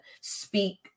speak